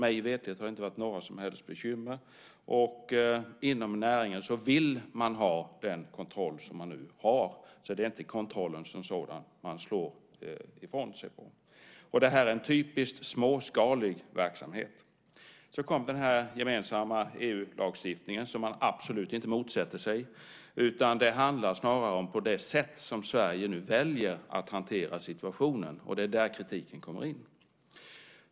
Mig veterligt har det inte varit några som helst bekymmer. Inom näringen vill man ha den kontroll som nu finns. Det är inte kontrollen som sådan man slår ifrån sig. Det är en typisk småskalig verksamhet. Sedan kom den gemensamma EU-lagstiftningen, som man absolut inte motsätter sig. Det handlar snarare om det sätt Sverige nu väljer att hantera situationen på. Det är där kritiken kommer in.